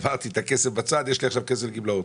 שמרת את הכסף בצד ויש לך עכשיו כסף לגמלאות.